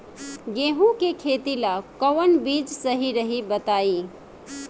गेहूं के खेती ला कोवन बीज सही रही बताई?